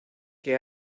que